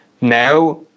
now